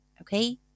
Okay